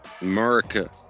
America